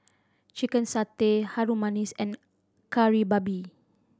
chicken satay Harum Manis and Kari Babi